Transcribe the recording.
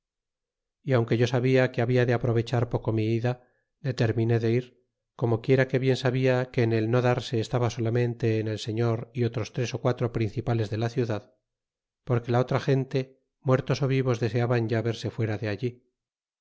e aunque yo sabia que habia de aprovechar poco mi ida detery miné de ir como quiera que bien sabia que el solamente en el sefior y otros tres quatro no darse estaba principales de la ciudad porque la otra gente muertos vivos deseaban ya verse y fuera de allí